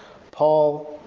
paul,